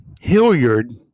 Hilliard